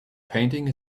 painting